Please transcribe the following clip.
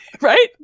Right